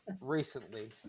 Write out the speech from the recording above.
Recently